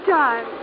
time